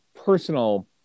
personal